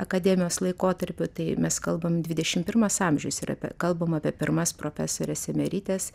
akademijos laikotarpiu tai mes kalbam dvidešim pirmas amžius yra kalbam apie pirmas profesores emerites